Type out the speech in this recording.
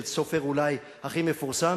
של סופר אולי הכי מפורסם,